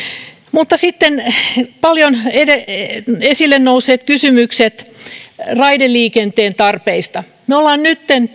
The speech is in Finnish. mutta sitten paljon esille nousseet kysymykset raideliikenteen tarpeista me olemme nytten